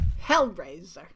Hellraiser